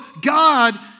God